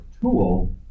tool